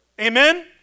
Amen